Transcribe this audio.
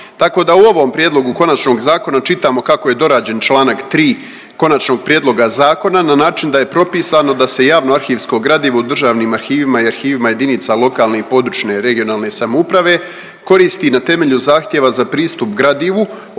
Tako da u ovom prijedlogu konačnog zakona čitamo kako je dorađen Članak 3. konačnog prijedloga zakona na način da je propisano da se javno arhivskog gradivo u državnim arhivima i arhivima jedinica lokalne i područne regionalne samouprave koristi na temelju zahtjeva za pristup gradivu